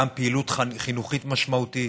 גם פעילות חינוכית משמעותית,